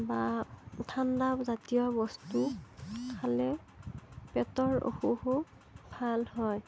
বা ঠাণ্ডা জাতীয় বস্তু খালে পেটৰ অসুখো ভাল হয়